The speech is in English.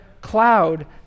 cloud